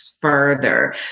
further